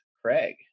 Craig